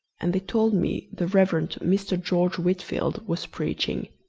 and they told me the rev. and mr. george whitfield was preaching.